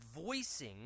voicing